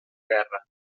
guerra